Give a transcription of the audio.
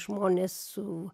žmonės su